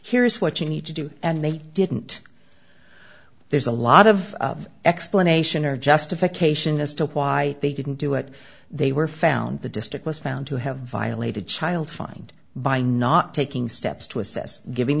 here's what you need to do and they didn't there's a lot of of explanation or justification as to why they didn't do it they were found the district was found to have violated child fined by not taking steps to assess giving